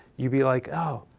you'd be like oh,